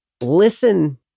listen